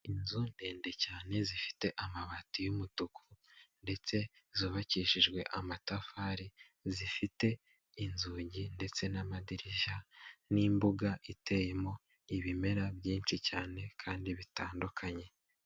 Inzu ndende cyane zifite amabati y'umutuku ndetse zubakishijwe amatafari, zifite inzugi ndetse n'amadirishya n'imbuga iteyemo ibimera byinshi cyane kandi bitandukanye.